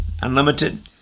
Unlimited